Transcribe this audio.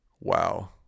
Wow